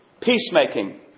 peacemaking